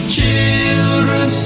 Children